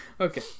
Okay